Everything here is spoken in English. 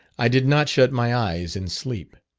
i did not shut my eyes in sleep.